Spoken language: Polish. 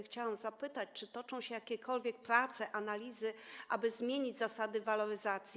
Chciałam zapytać, czy mają miejsce jakiekolwiek prace, analizy, aby zmienić zasady waloryzacji.